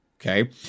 Okay